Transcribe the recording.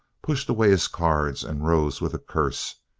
pushed away his cards and rose with a curse.